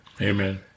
Amen